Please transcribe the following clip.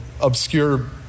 obscure